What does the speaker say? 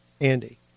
Andy